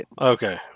Okay